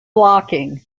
blocking